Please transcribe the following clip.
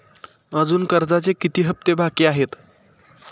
अजुन कर्जाचे किती हप्ते बाकी आहेत?